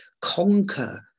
conquer